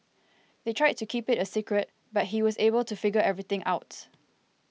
they tried to keep it a secret but he was able to figure everything out